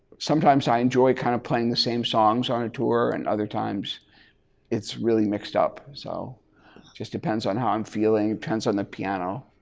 sometimes i enjoy kind of playing the same songs on a tour. and other times it's really mixed up so just depends on how i'm feeling, depends on the piano.